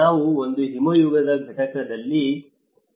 ನಾವು ಒಂದು ಹಿಮಯುಗದ ಘಟಕದಲ್ಲಿ 4